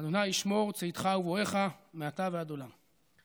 ה' ישמָר צאתך ובואך מעתה ועד עולם."